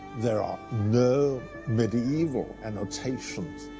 there are no mediaeval annotations.